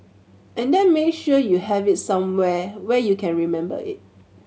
and then make sure you have it somewhere where you can remember it